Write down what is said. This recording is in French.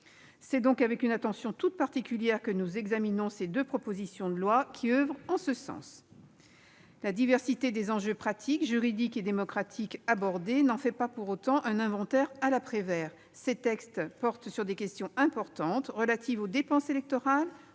C'est donc avec une attention toute particulière que nous examinons les deux propositions de loi, qui oeuvrent en ce sens. La diversité des enjeux pratiques, juridiques et démocratiques abordés n'en fait pas pour autant un inventaire à la Prévert. Ces textes portent sur des questions importantes : dépenses électorales,